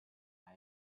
hide